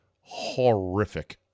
horrific